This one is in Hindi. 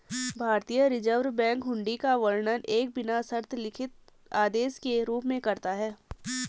भारतीय रिज़र्व बैंक हुंडी का वर्णन एक बिना शर्त लिखित आदेश के रूप में करता है